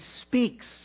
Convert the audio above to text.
speaks